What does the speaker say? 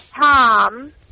Tom